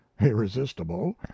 irresistible